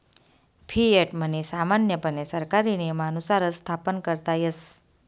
fiat money सामान्यपणे सरकारी नियमानुसारच स्थापन करता येस